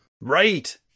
Right